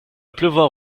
pleuvoir